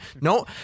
No